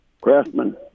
Craftsman